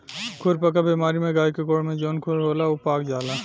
खुरपका बेमारी में गाय के गोड़ में जवन खुर होला उ पाक जाला